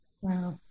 Wow